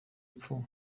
rupfu